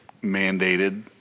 mandated